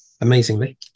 Amazingly